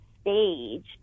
stage